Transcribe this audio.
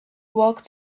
walked